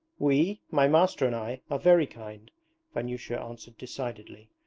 we, my master and i, are very kind vanyusha answered decidedly.